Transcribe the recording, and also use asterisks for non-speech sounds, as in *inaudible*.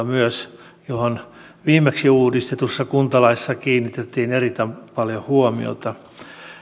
*unintelligible* myös riskien hallinta johon viimeksi uudistetussa kuntalaissa kiinnitettiin erittäin paljon huomiota